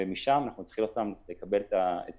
ומשם אנחנו צריכים עוד פעם לקבל את ההחלטות.